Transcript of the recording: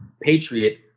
patriot